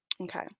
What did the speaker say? Okay